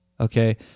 okay